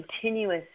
continuous